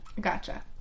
Gotcha